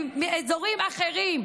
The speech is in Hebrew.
מאזורים אחרים.